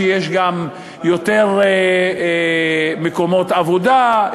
שיש גם יותר מקומות עבודה,